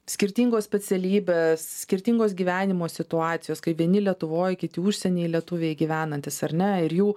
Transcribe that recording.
skirtingos specialybės skirtingos gyvenimo situacijos kai vieni lietuvoj kiti užsieny lietuviai gyvenantys ar ne ir jų